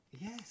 Yes